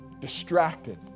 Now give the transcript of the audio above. distracted